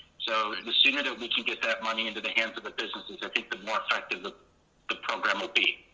so the sooner that we can get that money into the hands of the businesses, i think the more effective the the program will be.